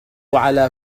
على